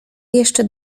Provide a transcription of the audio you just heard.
jeszcze